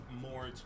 more